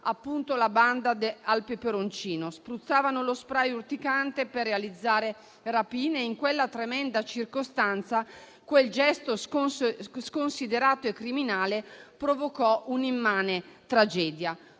spray al peperoncino: spruzzavano lo spray urticante per realizzare rapine e in quella tremenda circostanza quel gesto sconsiderato e criminale provocò un'immane tragedia,